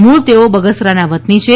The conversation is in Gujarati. મુળ તેઓ બગસરાના વતની છે